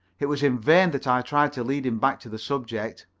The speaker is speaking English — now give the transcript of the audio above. it was in vain that i tried to lead him back to the subject.